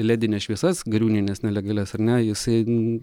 ledines šviesas giriūnienes nelegalias ar ne jisai